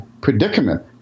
predicament